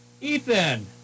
Ethan